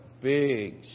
big